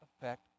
effect